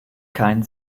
kein